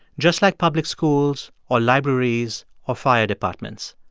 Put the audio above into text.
just like public schools or libraries or fire departments.